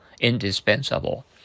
indispensable